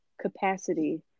capacity